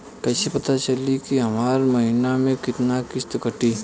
कईसे पता चली की हमार महीना में कितना किस्त कटी?